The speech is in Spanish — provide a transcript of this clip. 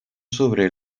sobre